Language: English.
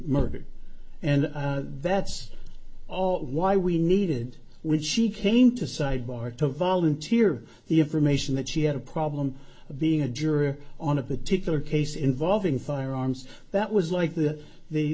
murdered and that's why we needed which she came to sidebar to volunteer the information that she had a problem being a juror on a particular case involving firearms that was like the the